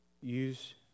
use